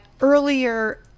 earlier